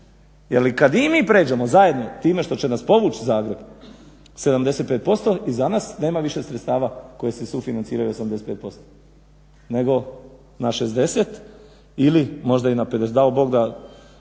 Jer i kad i mi pređemo zajedno time što će nas povući Zagreb 75% i za nas nema više sredstava koji se sufinanciraju 85%, nego na 60 ili možda i na 52,